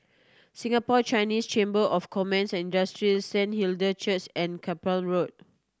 Singapore Chinese Chamber of Commerce Industry Saint Hilda Church and Carpmael Road